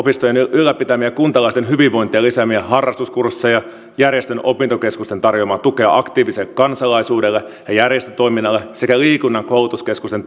ylläpitämiä kuntalaisten hyvinvointia lisääviä harrastuskursseja järjestöjen opintokeskusten tarjoamaa tukea aktiiviselle kansalaisuudelle ja järjestötoiminnalle sekä liikunnan koulutuskeskusten